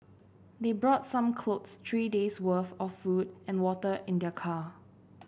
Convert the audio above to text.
they brought some clothes three day's worth of food and water in their car